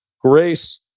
grace